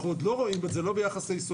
אנחנו עוד לא רואים את זה לא ביחס ליסודי